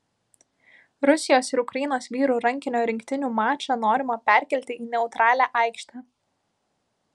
rusijos ir ukrainos vyrų rankinio rinktinių mačą norima perkelti į neutralią aikštę